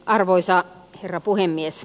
arvoisa herra puhemies